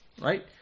Right